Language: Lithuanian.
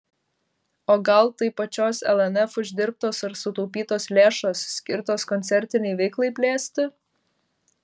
o gal tai pačios lnf uždirbtos ar sutaupytos lėšos skirtos koncertinei veiklai plėsti